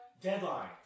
Deadline